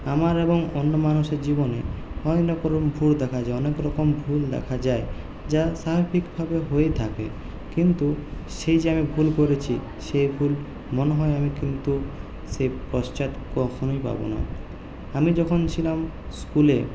আমার এবং অন্য মানুষের জীবনে অনেক রকম ভুল দেখা যায় অনেক রকম ভুল দেখা যায় যা সার্বিকভাবে হয়ে থাকে কিন্তু সেই যে আমি ভুল করেছি সে ভুল মনে হয় আমি কিন্তু সে পশ্চাত কখনোই পাব না আমি যখন ছিলাম স্কুলে